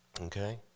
Okay